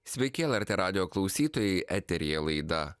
sveiki lrt radijo klausytojai eteryje laida